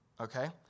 okay